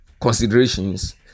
considerations